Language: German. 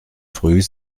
früh